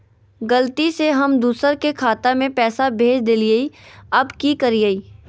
गलती से हम दुसर के खाता में पैसा भेज देलियेई, अब की करियई?